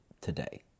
today